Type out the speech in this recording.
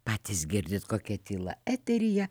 patys girdit kokia tyla eteryje